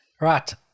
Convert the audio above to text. Right